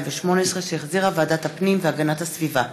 התשע"ח 2018, שהחזירה ועדת הפנים והגנת הסביבה,